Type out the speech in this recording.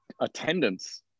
attendance